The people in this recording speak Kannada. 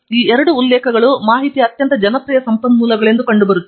ಮತ್ತು ಈ ಎರಡು ಉಲ್ಲೇಖಗಳು ಮಾಹಿತಿಯ ಅತ್ಯಂತ ಜನಪ್ರಿಯ ಸಂಪನ್ಮೂಲಗಳೆಂದು ಕಂಡುಬರುತ್ತವೆ